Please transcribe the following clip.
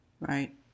Right